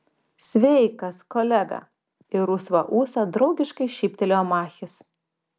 sveikas kolega į rusvą ūsą draugiškai šyptelėjo machis